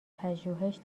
پژوهش